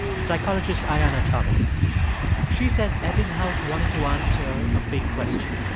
psychologist ayanna thomas she says ebbinghaus wanted to answer a big question.